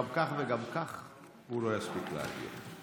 גם כך וגם כך הוא לא יספיק להגיע,